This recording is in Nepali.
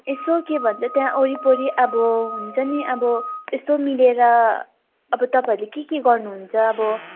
यसो के भन्छ त्यहाँ वरिपरि अब हुन्छ नि अब यसो मिलेर अब तपाईँहरूले के के गर्नुहुन्छ अब